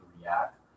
react